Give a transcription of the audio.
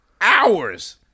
hours